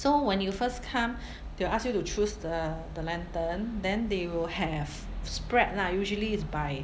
so when you first come they will ask you to choose the the lantern then they will have spread lah usually is by